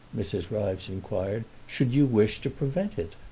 mrs. ryves inquired, should you wish to prevent it?